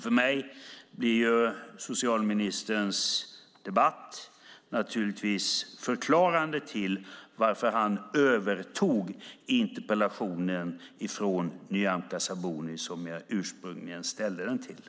För mig blir socialministerns debatt naturligtvis förklarande till varför han övertog interpellationen från Nyamko Sabuni, som jag ursprungligen ställde den till.